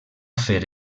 fer